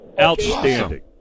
Outstanding